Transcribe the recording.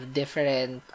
different